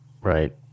Right